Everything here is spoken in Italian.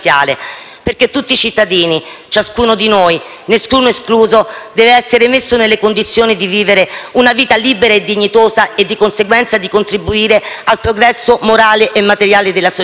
Perché ogni cittadino, ciascuno di noi, nessuno escluso, deve essere messo nelle condizioni di vivere una vita libera e dignitosa e, di conseguenza, di contribuire al progresso morale e materiale della società.